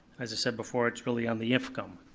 as i said before, it's really on the if come.